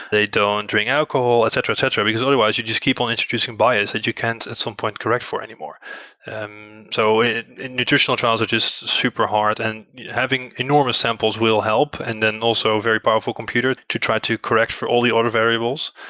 they don't drink alcohol, etc, etc, because otherwise, you just keep on introducing bias that you can at some point correct for any more. um so in in nutritional trials, it's just super hard. and having enormous samples will help and then also very powerful computer to try to correct for all the other variables.